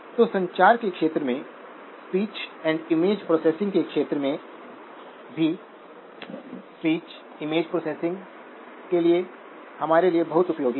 तो संचार के क्षेत्र में स्पीच एंड इमेज प्रोसेसिंग के क्षेत्र में भी स्पीच इमेज प्रोसेसिंग के लिए हमारे लिए बहुत उपयोगी है